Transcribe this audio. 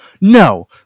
No